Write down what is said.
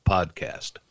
Podcast